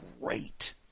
great